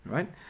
Right